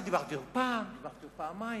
ככה דיברתי אתו פעם, דיברתי פעמיים.